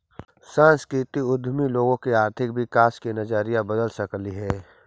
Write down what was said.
सांस्कृतिक उद्यमी लोगों का आर्थिक विकास का नजरिया बदल सकलई हे